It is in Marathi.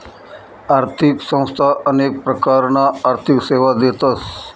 आर्थिक संस्था अनेक प्रकारना आर्थिक सेवा देतस